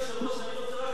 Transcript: אדוני היושב-ראש,